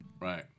Right